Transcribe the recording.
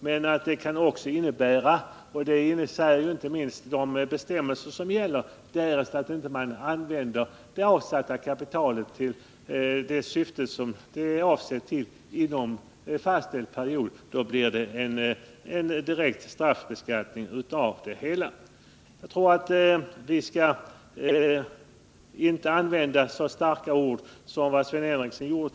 Men om man inte inom den fastställda perioden använder det avsatta kapitalet till det avsedda syftet, blir det en direkt straffbeskattning — och detta gäller inte minst vid de nu gällande bestämmelserna. Till sist vill jag säga att man nog inte bör använda så starka ord som de Sven Henricsson använde.